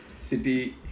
City